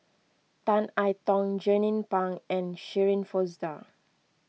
Tan I Tong Jernnine Pang and Shirin Fozdar